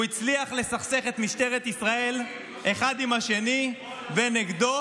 הוא הצליח לסכסך במשטרת ישראל אחד את השני ונגדו,